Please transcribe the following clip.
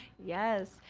yes.